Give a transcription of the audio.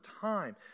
time